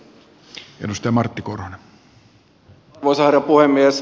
arvoisa herra puhemies